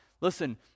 Listen